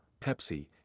Pepsi